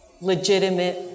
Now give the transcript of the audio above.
legitimate